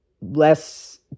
less